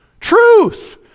truth